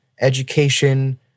education